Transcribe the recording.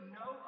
no